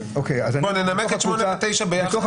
ננמק יחד את 8 ו-9.